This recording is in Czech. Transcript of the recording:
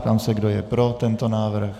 Ptám se, kdo je pro tento návrh.